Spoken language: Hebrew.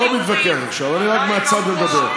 אני לא מתווכח עכשיו, אני רק מהצד מדבר.